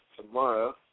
tomorrow